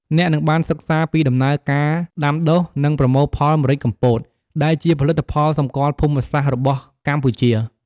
អ្នកនឹងបានសិក្សាពីដំណើរការដាំដុះ និងប្រមូលផលម្រេចកំពត ដែលជាផលិតផលសម្គាល់ភូមិសាស្ត្ររបស់កម្ពុជា។